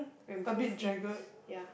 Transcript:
and two fins ya